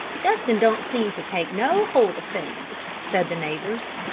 justin don't seem to take no holt of things, said the neighbours.